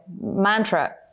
mantra